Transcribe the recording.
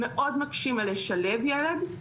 מאוד מקשים על לשלב ילד.